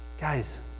Guys